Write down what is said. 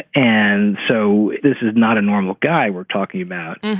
and so this is not a normal guy we're talking about.